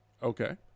Okay